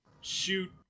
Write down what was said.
shoot